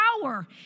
power